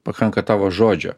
pakanka tavo žodžio